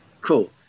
Cool